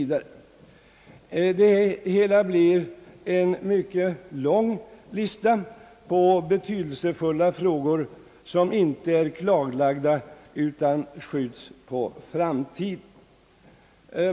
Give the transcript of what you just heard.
Det hela blev en mycket lång lista över betydelsefulla frågor som inte är klarlagda utan som skjuts på framtiden.